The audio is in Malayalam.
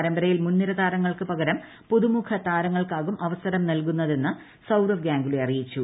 പരമ്പരയിൽ മുൻനിര താരങ്ങൾക്ക് പകരം പുതുമുഖ താരങ്ങൾക്കാകും അവസരം നൽകുന്നതെന്ന് സൌരവ് ഗാംഗുലി അറിയിച്ചു